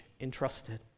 entrusted